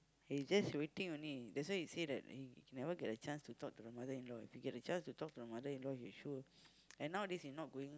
he's just waiting only that's why he say that he never get a chance to talk to mother-in-law he get the chance to talk to mother-in-law issue and now this is not going